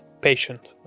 patient